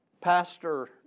pastor